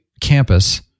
campus